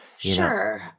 Sure